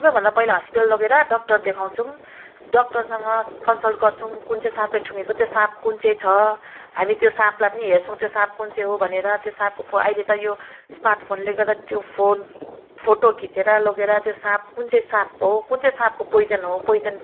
सबै भन्दा पहिला हस्पिटल लगेर डाक्टर देखाउँछौँ डाक्टरसँग कन्सल्ट गर्छौँ कुन चाहिँ साँपले ठुङेको त्यो साँप कुन चाहिँ छ हामी त्यो साँपलाई पनि हेर्छौँ त्यो साँप कुन चाहिँ हो भनेर त्यो साँपको पो अहिले त यो स्मार्टफोनले गर्दा त्यो फोन फोटो खिचेर लगेर त्यो साँप कुन चाहिँ साँप पो हो कुन चाहिँ साँपको पोइजन हो पोइजन